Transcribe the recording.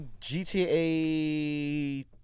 GTA